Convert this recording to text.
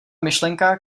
myšlenka